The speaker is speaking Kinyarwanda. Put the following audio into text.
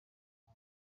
nta